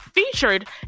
Featured